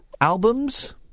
Albums